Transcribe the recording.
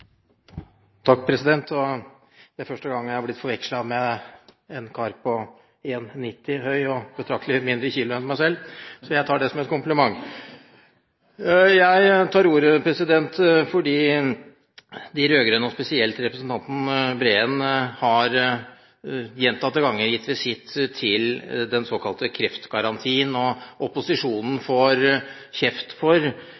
Takk, president. Det er første gang jeg har blitt forvekslet med en kar på 1,90 og med betraktelig færre kilo enn meg selv. Men jeg tar det som en kompliment! Jeg tar ordet fordi de rød-grønne, og spesielt representanten Breen, gjentatte ganger har avlagt den såkalte kreftgarantien en visitt, og